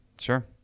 Sure